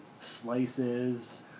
slices